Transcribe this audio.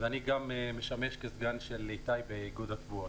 ואני גם משמש כסגן של איתי באיגוד יבואני התבואות.